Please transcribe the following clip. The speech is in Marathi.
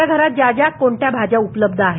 आपल्या घरात ज्या ज्या कोणत्या भाज्या उपलब्ध आहेत